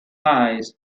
eyes